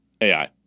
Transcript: AI